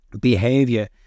behavior